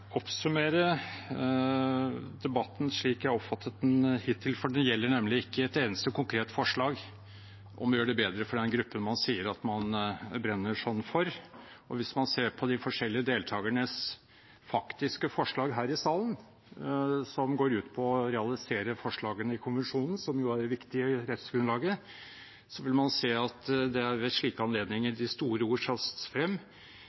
oppsummere debatten slik jeg har oppfattet den hittil, for det gjelder nemlig ikke et eneste konkret forslag om å gjøre det bedre for den gruppen man sier at man brenner sånn for. Hvis man ser på de forskjellige deltakernes faktiske forslag her i salen – som går ut på å realisere forslagene i konvensjonen, som jo er det viktige rettsgrunnlaget – vil man se at det er ved slike anledninger de store ord tas frem,